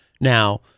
now